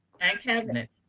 and cabinet